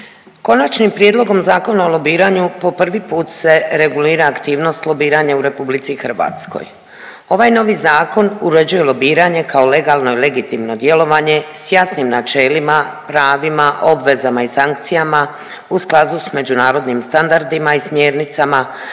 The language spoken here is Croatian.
Konačnim prijedlogom Zakona o lobiranju po prvi put se regulira aktivnost lobiranja u RH. Ovaj novi zakon uređuje lobiranje kao legalno i legitimno djelovanje s jasnim načelima, pravima, obvezama i sankcijama u skladu s međunarodnim standardima i smjernicama,